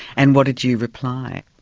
and what did you reply?